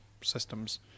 systems